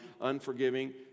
unforgiving